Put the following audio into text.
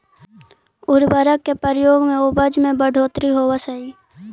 उर्वरक के प्रयोग से उपज में बढ़ोत्तरी होवऽ हई